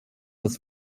das